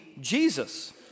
Jesus